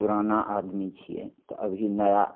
पुराना आदमी छिए तऽ अभी नया